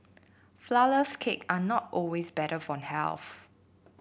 flourless cake are not always better for health